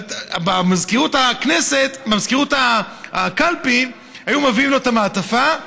במזכירות הקלפי היו מביאים לו את המעטפה,